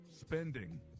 spending